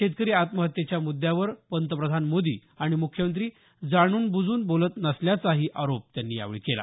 शेतकरी आत्महत्येच्या मुद्यावर पंतप्रधान मोदी आणि मुख्यमंत्री जाण्नब्जून बोलत नसल्याचाही आरोप त्यांनी यावेळी केला